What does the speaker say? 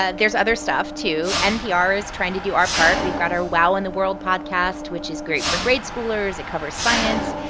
ah there's other stuff, too. npr is trying to do our part. we've got our wow in the world podcast, which is great for grade schoolers. it covers science.